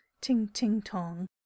ting-ting-tong